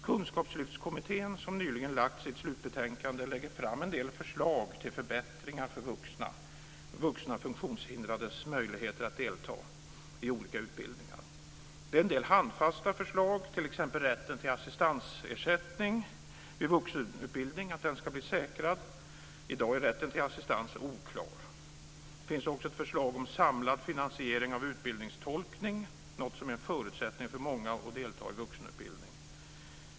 Kunskapslyftskommittén, som nyligen lagt fram sitt slutbetänkande, presenterar en del förslag till förbättringar för vuxna funktionshindrades möjligheter att delta i olika utbildningar. Det är en del handfasta förslag, t.ex. att rätten till assistansersättning vid vuxenutbildning ska bli säkrad. I dag är rätten till assistans oklar. Det finns också ett förslag om samlad finansiering av utbildningstolkning, något som är en förutsättning för många när det gäller att delta i vuxenutbildning.